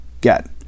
get